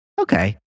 okay